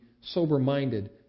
sober-minded